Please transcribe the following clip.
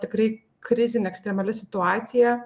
tikrai krizinė ekstremali situacija